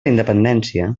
independència